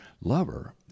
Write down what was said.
lover